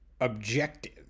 objective